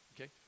Okay